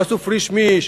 יעשו פריש-מיש,